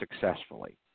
successfully